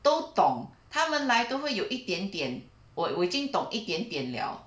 都懂他们来都会有一点点我我已经懂一点点了